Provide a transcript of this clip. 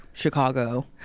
Chicago